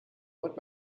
want